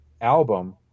album